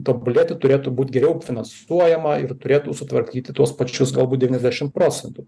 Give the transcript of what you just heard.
tobulėti turėtų būt geriau finansuojama ir turėtų sutvarkyti tuos pačius galbūt devyniasdešim procentų